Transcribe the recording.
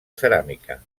ceràmica